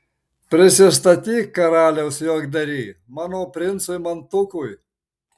prisistatyk karaliaus juokdary mano princui mantukui